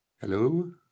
Hello